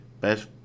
best